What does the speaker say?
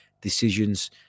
decisions